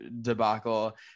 debacle